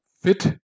fit